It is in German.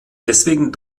deswegen